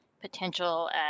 potential